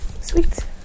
Sweet